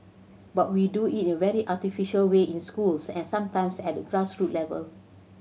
but we do it in a very artificial way in schools and sometimes at the grass roots level